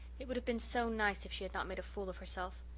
it would have been so nice if she had not made a fool of herself.